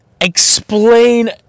explain